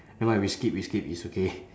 never mind we skip we skip it's okay